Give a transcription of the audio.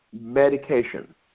medication